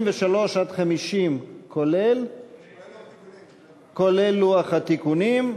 50, כולל לוח התיקונים,